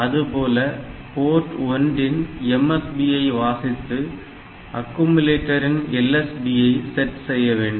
அதுபோல போர்ட் 1 இன் MSB யை வாசித்து அக்குமுலேட்டரின் LSBஐ செட் செய்ய வேண்டும்